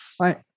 Right